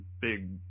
big